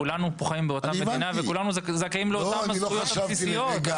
כולנו פה חיים באותה מדינה וכולנו זכאים לאותן הזכויות הבסיסיות.